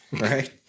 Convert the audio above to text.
right